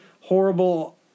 horrible